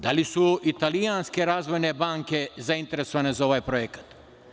Da li su italijanske razvojne banke zainteresovane za ovaj projekat?